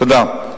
תודה.